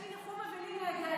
יש לי ניחום אבלים להגיע אליו.